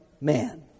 man